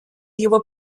его